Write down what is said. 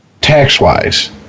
tax-wise